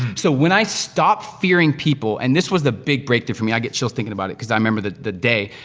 so, when i stopped fearing people, and this was the big breakthrough for me, i get chills thinkin' about it, cause i remember the the day,